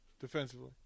defensively